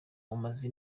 umaze